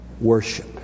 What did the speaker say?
worship